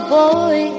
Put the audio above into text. boy